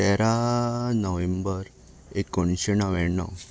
तेरा नोव्हेंबर एकोणीशें णव्याण्णव